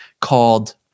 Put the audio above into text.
called